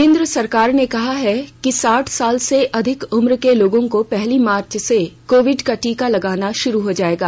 केन्द्र सरकार ने कहा है कि साठ साल से अधिक उम्र के लोगों को पहली मार्च से कोविड का टीका लगना शुरू हो जायेगा